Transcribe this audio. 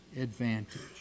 advantage